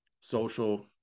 social